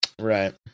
Right